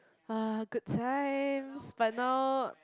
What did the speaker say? ah good times but now